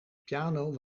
piano